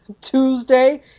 Tuesday